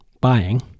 buying